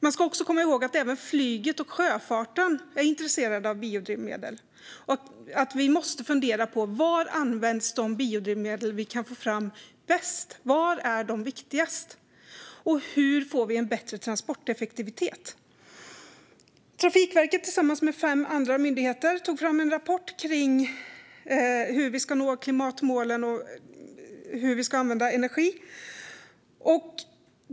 Vi ska också komma ihåg att flyget och sjöfarten är intresserade av biodrivmedel, och vi måste fundera över var de biodrivmedel vi kan få fram används bäst. Var är de viktigast? Hur får vi en bättre transporteffektivitet? Trafikverket tillsammans med fem andra myndigheter tog fram en rapport om hur vi ska nå klimatmålen och hur vi ska använda energi.